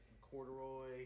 corduroy